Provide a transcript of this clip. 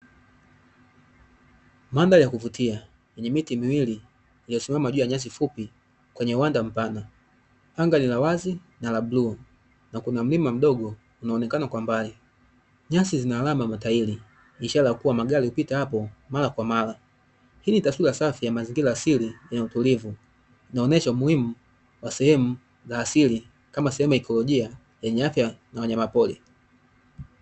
Mandhari ya kuvutia yenye miti miwili iliyosimama juu ya nyasi fupi kwenye uwanda mpana anga ni la wazi na la bluu, na kuna mlima mdogo unaonekana kwa mbali nyasi zina alama ya mataili ni ishara yakua magari hupita hapo mara kwa mara, hii ni taswira safi ya mazingira asili yenye utulivu inaonesha umuhimu wa sehemu za asili kama sehemu ya ikolojia yenye afya na wanyamapori.